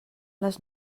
les